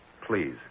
Please